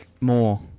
more